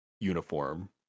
uniform